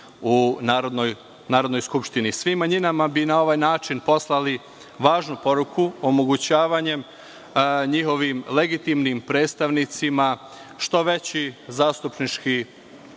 u Narodnoj skupštini. Svim manjinama bi na ovaj način poslali važnu poruku, omogućavanjem njihovim legitimnim predstavnicima što veći zastupnički